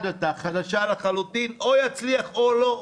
עד עתה והיא חדשה לחלוטין והוא או יצליח או לא.